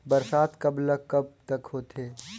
बरसात कब ल कब तक होथे?